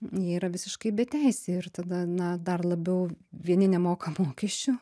jie yra visiškai beteisiai ir tada na dar labiau vieni nemoka mokesčių